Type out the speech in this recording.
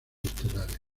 estelares